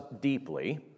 deeply